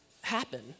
happen